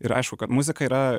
ir aišku kad muzika yra